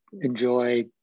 enjoy